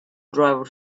driver